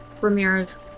Ramirez